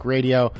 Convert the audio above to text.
Radio